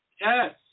Yes